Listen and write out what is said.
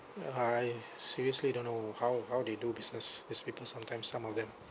uh I seriously don't know how how they do business these people sometimes some of them